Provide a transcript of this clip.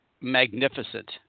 magnificent